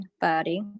body